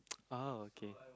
oh okay